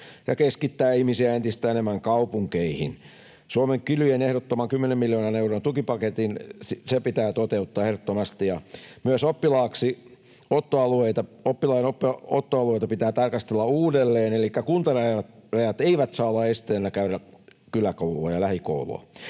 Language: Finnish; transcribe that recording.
ja keskittää ihmisiä entistä enemmän kaupunkeihin. Suomen Kylien ehdottama kymmenen miljoonan euron tukipaketti pitää toteuttaa ehdottomasti. Myös oppilaaksiottoalueita pitää tarkastella uudelleen, elikkä kuntarajat eivät saa olla esteenä käydä kyläkoulua ja lähikoulua.